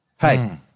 hey